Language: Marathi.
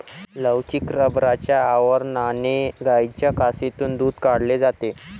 लवचिक रबराच्या आवरणाने गायींच्या कासेतून दूध काढले जाते